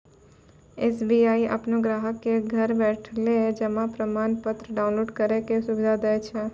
SBI अपनो ग्राहको क घर बैठले जमा प्रमाणपत्र डाउनलोड करै के सुविधा दै छै